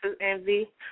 envy